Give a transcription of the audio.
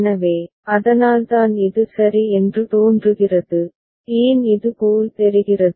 எனவே அதனால்தான் இது சரி என்று தோன்றுகிறது ஏன் இது போல் தெரிகிறது